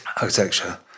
architecture